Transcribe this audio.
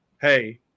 hey